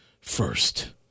first